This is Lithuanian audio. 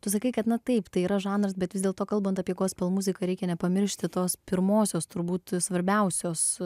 tu sakai kad na taip tai yra žanras bet vis dėlto kalbant apie gospel muziką reikia nepamiršti tos pirmosios turbūt svarbiausios